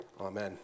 Amen